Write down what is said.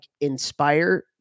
inspire